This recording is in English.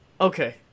Okay